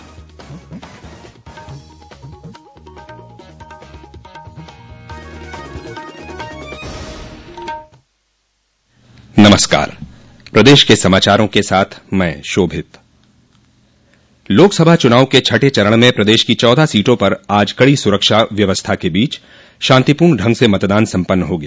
लोकसभा चुनाव के छठे चरण में प्रदेश की चौदह सीटों पर आज कड़ी सुरक्षा व्यवस्था के बीच शांतिपूर्ण ढंग से मतदान सम्पन्न हो गया